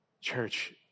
Church